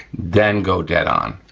then go dead-on,